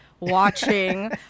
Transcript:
watching